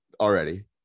already